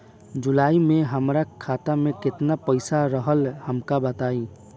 जुलाई में हमरा खाता में केतना पईसा रहल हमका बताई?